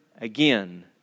again